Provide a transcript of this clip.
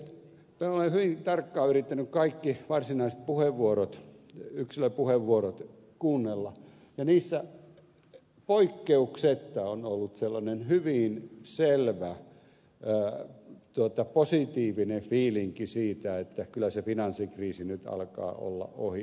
minä olen hyvin tarkkaan yrittänyt kaikki varsinaiset yksilöpuheenvuorot kuunnella ja niissä poikkeuksetta on ollut sellainen hyvin selvä positiivinen fiilinki siitä että kyllä se finanssikriisi nyt alkaa olla ohi